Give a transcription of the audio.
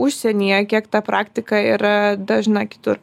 užsienyje kiek ta praktika yra dažna kitur